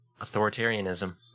authoritarianism